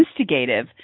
instigative